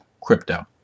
crypto